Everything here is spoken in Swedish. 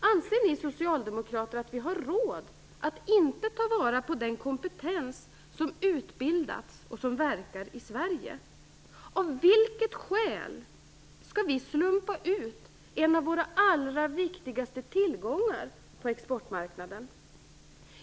Anser ni socialdemokrater att vi har råd att inte ta vara på den kompetens som utbildats och verkar i Sverige? Av vilket skäl skall vi slumpa ut en av våra allra viktigaste tillgångar på exportmarknaden?